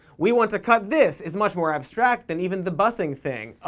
we want to cut this is much more abstract than even the busing thing, ah,